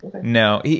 No